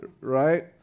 right